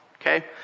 okay